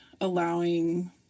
allowing